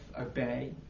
obey